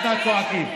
את מהצועקים.